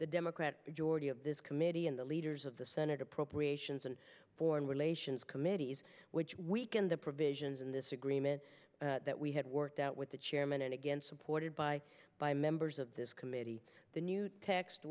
the democrat majority of this committee and the leaders of the senate appropriations and foreign relations committees which weakened the provisions in this agreement that we had worked out with the chairman and again supported by by members of this committee the new t